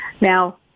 Now